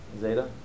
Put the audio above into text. Zeta